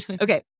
Okay